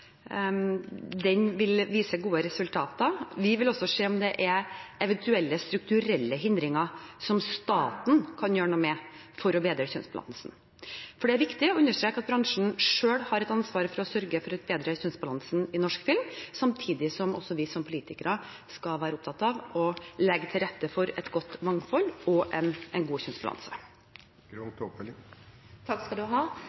den vil vise gode resultater. Vi vil også se på om det er eventuelle strukturelle hindringer som staten kan gjøre noe med for å bedre kjønnsbalansen. Det er viktig å understreke at bransjen selv har et ansvar for å sørge for å bedre kjønnsbalansen i norsk film, samtidig som også vi som politikere skal være opptatt av å legge til rette for et godt mangfold og en god kjønnsbalanse.